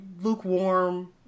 lukewarm